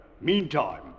meantime